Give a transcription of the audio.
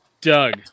Doug